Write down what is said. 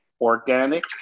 organic